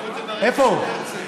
איפה הוא?